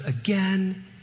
again